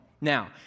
Now